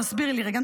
תסבירי לי רגע.